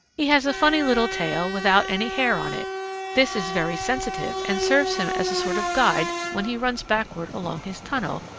he has a funny little tail without any hair on it this is very sensitive and serves him as a sort of guide when he runs backward along his tunnel,